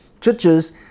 Churches